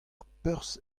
perzh